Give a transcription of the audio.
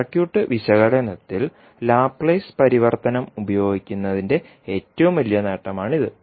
circuit വിശകലനത്തിൽ Laplace പരിവർത്തനം ഉപയോഗിക്കുന്നതിന്റെ ഏറ്റവും വലിയ നേട്ടമാണിത്